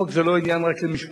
החוק זה לא עניין רק למשפטנים,